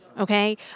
okay